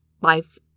life